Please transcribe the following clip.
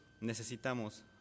necesitamos